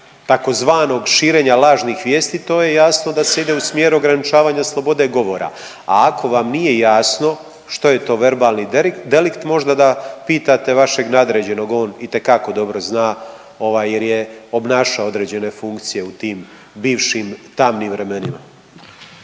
tzv. širenja lažnih vijesti to je jasno da se ide u smjeru ograničavanja slobode govora, a ako vam nije jasno što je to „verbalni delikt“ možda da pitate vašeg nadređenog, on itekako dobro zna ovaj jer je obnašao određene funkcije u tim bivšim tamnim vremenima.